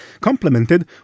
complemented